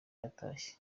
yatashye